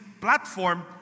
platform